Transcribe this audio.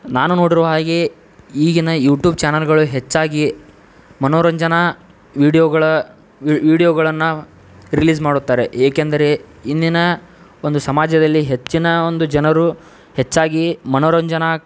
ನಾನು ನೋಡಿರುವ ಹಾಗೆ ಈಗಿನ ಯೂಟೂಬ್ ಚಾನಲ್ಗಳು ಹೆಚ್ಚಾಗಿ ಮನೋರಂಜನಾ ವಿಡಿಯೋಗಳ ವಿಡಿಯೋಗಳನ್ನು ರಿಲೀಸ್ ಮಾಡುತ್ತಾರೆ ಏಕೆಂದರೆ ಇಂದಿನ ಒಂದು ಸಮಾಜದಲ್ಲಿ ಹೆಚ್ಚಿನ ಒಂದು ಜನರು ಹೆಚ್ಚಾಗಿ ಮನೋರಂಜನಾ